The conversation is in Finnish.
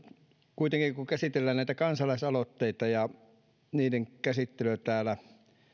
kuitenkin kun käsitellään näitä kansalaisaloitteita ja niiden käsittelyä täällä